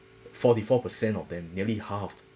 forty four percent of them nearly half